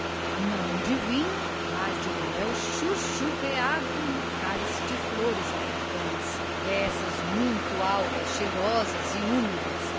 não de vinho mas de mel chuchurreado no cálice de flores americanas dessas muito alvas cheirosas e úmidas